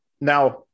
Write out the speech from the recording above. Now